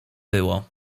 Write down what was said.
było